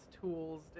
tools